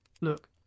Look